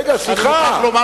רגע, סליחה.